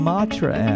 Matra